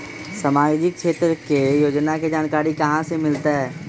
सामाजिक क्षेत्र के योजना के जानकारी कहाँ से मिलतै?